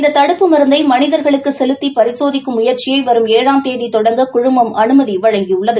இந்த தடுப்பு மருந்தை மனிதர்களுக்கு செலுத்தி பரிசோதிக்கும் முயற்சியை வரும் ஏழாம் தேதி தொடங்க குழுமம் அனுமதி வழங்கியுள்ளது